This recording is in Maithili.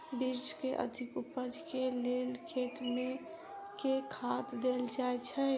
बीन्स केँ अधिक उपज केँ लेल खेत मे केँ खाद देल जाए छैय?